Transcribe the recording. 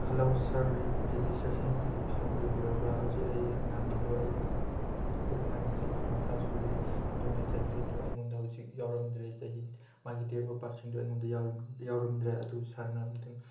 hello sir ꯔꯦꯖꯤꯁꯇ꯭ꯔꯦꯁꯟꯒꯤ sir ꯑꯣꯏꯕꯤꯔꯕ꯭ꯔꯥ ꯍꯧꯖꯤꯛ ꯑꯩꯒꯤ ꯑꯉꯥꯡ ꯑꯗꯨ ꯑꯩꯒꯤ ꯄꯣꯛꯄ ꯀꯥꯟꯗ ꯆꯍꯤ ꯃꯊꯥ ꯁꯨꯔꯦ ꯑꯗꯨꯅ ꯆꯍꯤ ꯑꯗꯨ ꯑꯩꯉꯣꯟꯗ ꯍꯧꯖꯤꯛ ꯌꯥꯎꯔꯝꯗ꯭ꯔꯦ ꯆꯍꯤ ꯃꯥꯒꯤ ꯗꯦꯠ ꯑꯣꯐ ꯕꯔꯠꯁꯤꯡꯗꯣ ꯑꯩꯉꯣꯟꯗ ꯌꯥꯎꯔꯝꯗ꯭ꯔꯦ ꯑꯗꯨ ꯁꯔꯅ ꯑꯝꯇꯪ